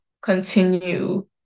continue